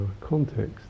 context